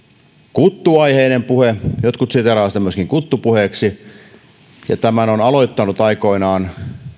kuttuaiheinen puhe jotkut siteeraavat sitä myöskin kuttupuheeksi tämän on aloittanut aikoinaan